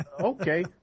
Okay